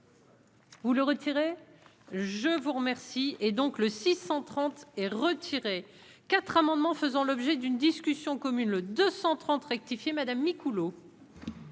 Vous le retirer, je vous remercie et donc le 630 et retiré 4 amendements faisant l'objet d'une discussion commune le 230 rectifié madame Micouleau.